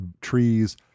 trees